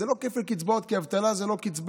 זה לא כפל קצבאות, כי אבטלה זה לא קצבה.